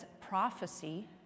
prophecy